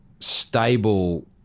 stable